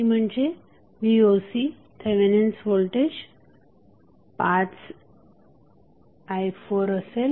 ती म्हणजे voc Thevenin's voltage 5i4असेल